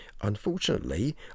unfortunately